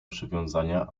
przywiązania